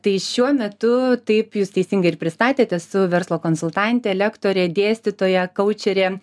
tai šiuo metu taip jūs teisingai ir pristatėt esu verslo konsultantė lektorė dėstytoja koučerė